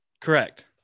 correct